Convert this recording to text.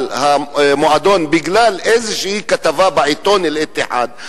המועדון בגלל איזו כתבה בעיתון "אל-אלתיחד",